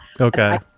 Okay